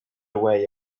away